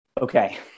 Okay